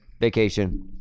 vacation